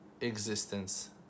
existence